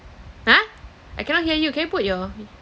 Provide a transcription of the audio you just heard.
!huh! I cannot hear you can you put your